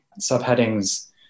subheadings